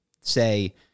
say